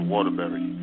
Waterbury